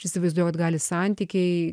aš įsivaizduoju vat gali santykiai